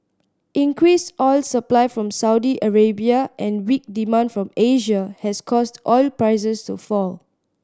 increased oil supply from Saudi Arabia and weak demand from Asia has caused oil prices to fall